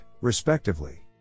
respectively